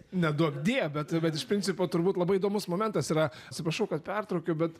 neduok die bet bet iš principo turbūt labai įdomus momentas yra atsiprašau kad pertraukiau bet